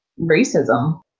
racism